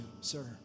sir